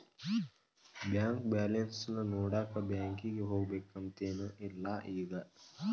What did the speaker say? bank balance ನೋಡಾಕ ಬ್ಯಾಂಕಿಗೆ ಹೋಗ್ಬೇಕಂತೆನ್ ಇಲ್ಲ ಈಗ